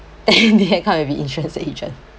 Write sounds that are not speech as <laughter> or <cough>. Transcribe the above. <laughs> then I come and be insurance agent